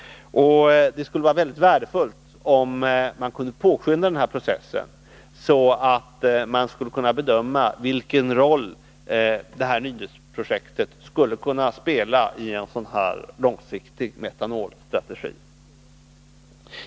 Det skulle vara mycket värdefullt om man kunde påskynda den processen så att man kan bedöma vilken roll Nynäsprojektet skulle kunna spela i en sådan långsiktig metanolstrategi.